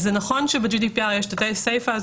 נכון שב-GDPR יש תתי-סיפא,